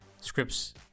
scripts